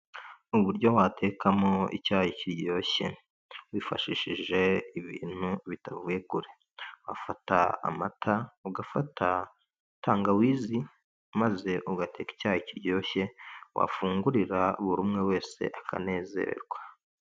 Uburyo watekamo icyayi kiryoshye wifashishije ibintu bitavuye kure, ufata amata. ugafata tangawizi, maze ugateka icyayi kiryoshye wafungurira buri umwe wese akanezerwa.